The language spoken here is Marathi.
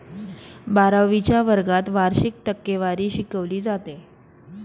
बारावीच्या वर्गात वार्षिक टक्केवारी शिकवली जाते